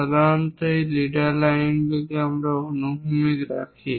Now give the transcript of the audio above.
সাধারণত এই লিডার লাইনগুলিকে আমরা অনুভূমিক রাখি